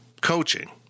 coaching